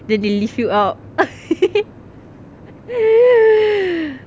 then they leave you out